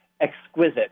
exquisite